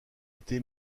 été